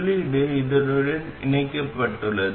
உள்ளீடு இதனுடன் இணைக்கப்பட்டுள்ளது